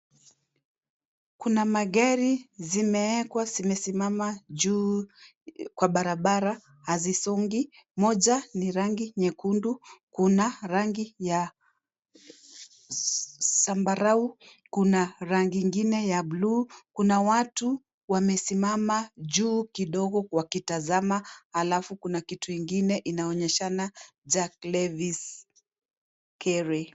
Kuna magari zimewekwa zimesimama juu kwa barabara hazisongi, moja ni rangi nyekundu, kuna rangi ya zambarau, kuna rangi ingine ya blue . Kuna watu wamesimama juu kidogo wakitazama alafu kuna kitu ingine inaonyeshana Jack Levis Kerry.